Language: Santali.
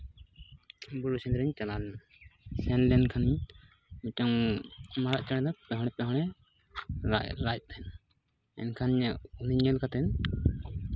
ᱵᱩᱨᱩ ᱥᱮᱸᱫᱽᱨᱟᱧ ᱪᱟᱞᱟᱣ ᱞᱮᱱᱟ ᱥᱮᱱ ᱞᱮᱱ ᱠᱷᱟᱹᱱᱤᱧ ᱢᱤᱫᱴᱟᱱ ᱢᱟᱨᱟᱜ ᱪᱮᱬᱮ ᱫᱚ ᱯᱮᱦᱚᱲ ᱯᱮᱦᱚᱲᱮ ᱨᱟᱜ ᱮᱫ ᱛᱟᱦᱮᱱ ᱢᱮᱱᱠᱷᱟᱱ ᱩᱱᱤ ᱧᱮᱞ ᱠᱟᱛᱮᱫ